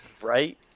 Right